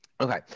Okay